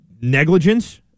negligence